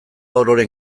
ororen